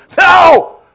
No